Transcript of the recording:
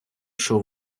чого